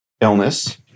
illness